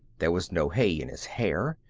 there was no hay in his hair.